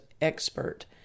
expert